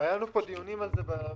היו לנו פה דיונים על זה בכנסת,